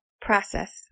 process